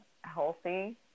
healthy